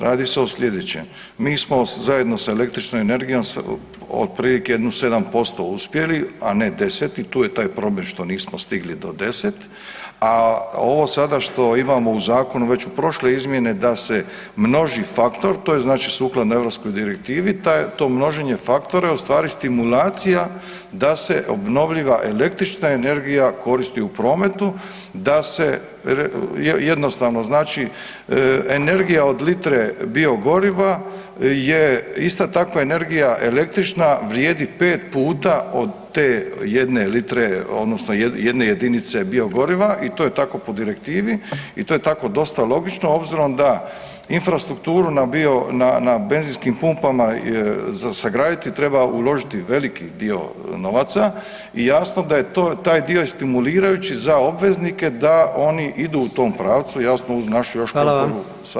Radi se o sljedećem, mi smo zajedno sa električnom energijom otprilike jedno 7% uspjeli, a ne 10 i tu je taj problem što nismo stigli do 10, a ovo sada što imamo u zakonu već u prošlim izmjenama da se množi faktor, to je znači sukladno europskoj direktivi, to množenje faktora je ustvari stimulacija da se obnovljiva električna energija koristi u prometu, da se jednostavno energija od litre bogoriva je ista takva energija električna vrijedi pet puta od te jedne litre odnosno jedne jedinice biogoriva i to je tako po direktivi i to je tako dosta logično, obzirom da infrastrukturu na benzinskim pumpama za sagraditi treba uložiti veliki dio novaca i jasno da je taj dio stimulirajući za obveznike da oni idu u tom pravcu, jasno uz našu još potporu samih tih investicija.